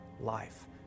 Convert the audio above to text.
life